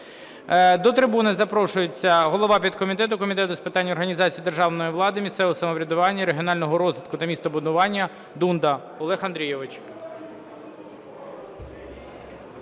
До трибуни запрошується голова підкомітету Комітету з питань організації державної влади, місцевого самоврядування, регіонального розвитку та містобудування Дунда Олег Андрійович.